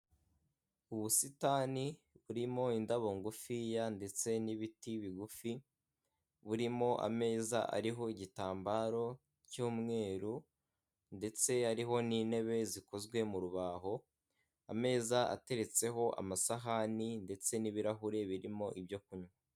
Ubusitani burimo indabo ngufiya ndetse n'ibiti bigufi burimo ameza ariho igitambaro cy'umweru ndetse yariho n'intebe zikozwe mu rubaho, ameza ateretseho amasahani ndetse n'ibirahure birimo ibyo kunywa.